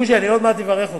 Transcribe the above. בוז'י, אני עוד מעט אברך אותך.